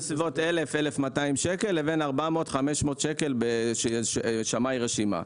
1,200-1,000 שקלים לעומת 500-400 שקל לשמאי רשימה.